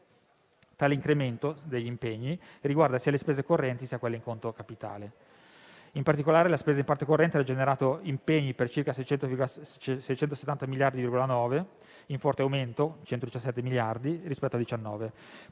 Tale incremento degli impegni riguarda sia le spese correnti, sia quelle in conto capitale. In particolare, la spesa di parte corrente ha generato impegni per circa 670,9 miliardi, in forte aumento (117 miliardi) rispetto al